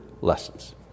lessons